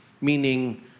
Meaning